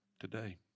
today